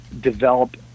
develop